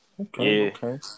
Okay